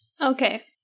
Okay